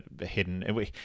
hidden